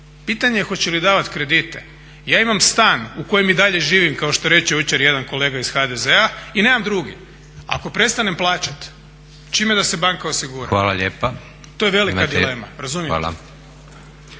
pitanje je hoće li davati kredite. Ja imam stan u kojem i dalje živim kao što reče jučer jedan kolega iz HDZ-a i nemam drugi. Ako prestanem plaćati, čime da se banka osigura? To je velika dilema. **Leko,